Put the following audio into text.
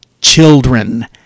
Children